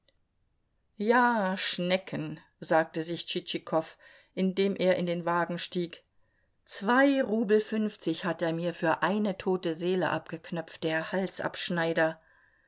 ja schnecken sagte sich tschitschikow indem er in den wagen stieg zwei rubel fünfzig hat er mir für eine tote seele abgeknöpft der halsabschneider